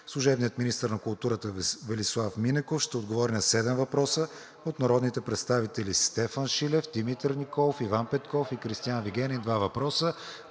служебният министър на културата Велислав Минеков ще отговори на седем въпроса от народните представители Стефан Шилев, Димитър Николов, Иван Петков и Кристиан Вигенин – два въпроса;